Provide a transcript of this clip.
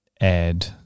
add